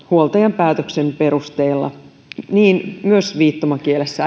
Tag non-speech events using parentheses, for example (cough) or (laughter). huoltajan päätöksen perusteella opetusta myös viittomakielessä (unintelligible)